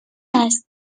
است